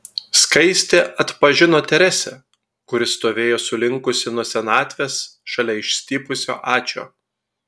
skaistė atpažino teresę kuri stovėjo sulinkusi nuo senatvės šalia išstypusio ačio